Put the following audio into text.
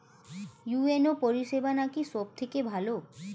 UNO পরিসেবা নাকি সব থেকে ভালো?